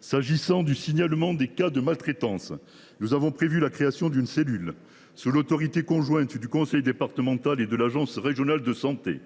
S’agissant du signalement des cas de maltraitance, nous avons prévu la création d’une cellule sous l’autorité conjointe du conseil départemental et de l’agence régionale de santé.